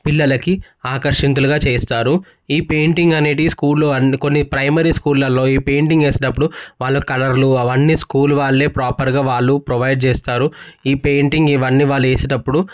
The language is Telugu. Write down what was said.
పిల్లలకి ఆర్షణీతులుగా చేస్తారు ఈ పెయింటింగ్ అనేటిది కొన్ని స్కూల్ల్లో కొన్ని ప్రైమరీ స్కూల్లల్లో ఈ పెయింటింగ్ వేసేటప్పుడు వాళ్ళకు కలర్లు అవన్నీ స్కూలు వాళ్ళే ప్రోపర్గా ప్రొవైడ్ చేస్తారు ఈ పెయింటింగ్ ఇవన్నీ వాళ్ళు వేసేటప్పుడు